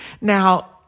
Now